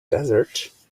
desert